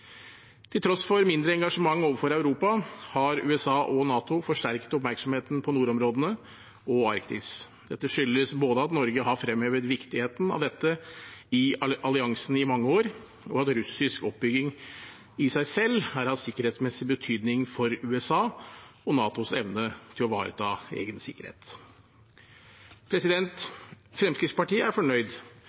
Til tross for mindre engasjement overfor Europa har USA og NATO forsterket oppmerksomheten på nordområdene og Arktis. Dette skyldes både at Norge har fremhevet viktigheten av dette i alliansen i mange år, og at russisk oppbygging i seg selv er av sikkerhetsmessig betydning for USA og NATOs evne til å ivareta egen sikkerhet. Fremskrittspartiet er fornøyd